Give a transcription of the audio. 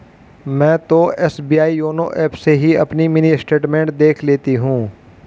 मैं तो SBI YONO app से ही अपनी मिनी स्टेटमेंट देख लेती हूँ